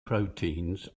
proteins